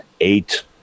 eight